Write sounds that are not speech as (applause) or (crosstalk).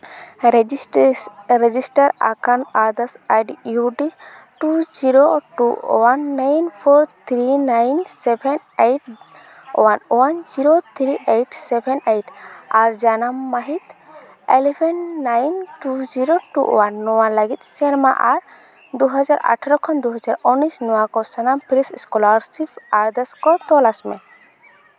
(unintelligible) register ᱟᱠᱟᱱ ᱟᱨᱫᱟᱥ ID U D two zero two one nine four three nine seven eight one one zero three eight seven eight ᱟᱨ ᱡᱟᱱᱟᱢ ᱢᱟᱹᱦᱤᱛ eleven nine two zero two one ᱱᱚᱣᱟ ᱞᱟᱹᱜᱤᱫ ᱥᱮᱨᱢᱟ ᱟᱨ ᱫᱩ ᱦᱟᱡᱟᱨ ᱟᱴᱷᱨᱚ ᱠᱷᱚᱱ ᱫᱩ ᱦᱟᱡᱟᱨ ᱩᱱᱤᱥ ᱱᱚᱣᱟ ᱠᱚ ᱥᱟᱱᱟᱢ ᱯᱷᱨᱮᱥ ᱥᱠᱚᱞᱟᱨᱥᱤᱯ ᱟᱨᱫᱟᱥ ᱠᱚ ᱛᱚᱞᱟᱥ ᱢᱮ